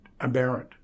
aberrant